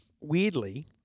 weirdly